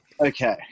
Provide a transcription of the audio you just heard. Okay